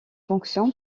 fonction